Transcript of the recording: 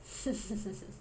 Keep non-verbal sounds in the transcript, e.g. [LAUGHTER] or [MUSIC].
[LAUGHS]